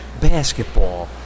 basketball